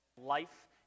life